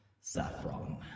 Saffron